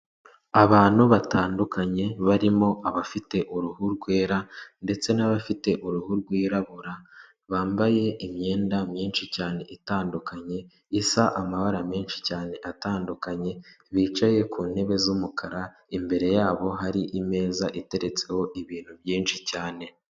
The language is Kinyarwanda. Abantu batandukanye barimo abafite uruhu rwera ndetse n'abafite uruhu rwirabura, bambaye imyenda myinshi cyane itandukanye, isa amabara menshi cyane atandukanye, bicaye ku ntebe z'umukara, imbere yaho hari imeza iteretseho ibintu byinshi cyane.